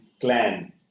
clan